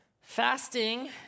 Fasting